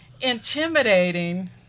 intimidating